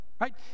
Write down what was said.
Right